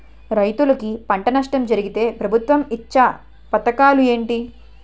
రైతులుకి పంట నష్టం జరిగితే ప్రభుత్వం ఇచ్చా పథకాలు ఏంటి?